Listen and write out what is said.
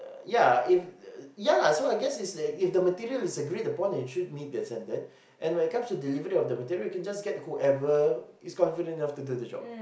yeah if yeah so I guess if the material is agreed upon and it should meet the standard and when it comes to the delivery of the material you can just get whoever is confident enough to do the job